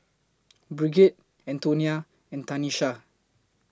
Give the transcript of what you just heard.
Brigid Antonia and Tanesha